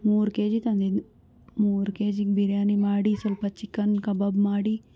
ಮೂರು K G ತಂದಿದ್ದು ಮೂರು ಕೆಜಿಗೆ ಬಿರಿಯಾನಿ ಮಾಡಿ ಸ್ವಲ್ಪ ಚಿಕನ್ ಕಬಾಬು ಮಾಡಿ